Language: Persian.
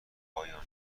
پایانه